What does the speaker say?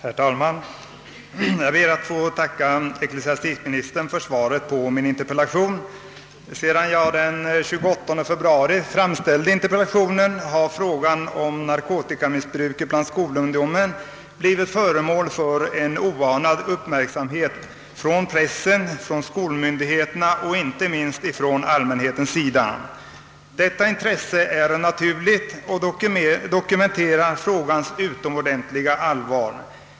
Herr talman! Jag ber att få tacka ecklesiastikministern för svaret på min interpellation. Sedan jag den 28 februari framställde interpellationen har frågan om narkotikamissbruket bland skolungdomen blivit föremål för en oanad uppmärksamhet från pressen, skolmyndigheterna och inte minst från allmänhetens sida. Detta intresse är naturligt och dokumenterar frågans utomordentliga allvar.